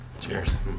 Cheers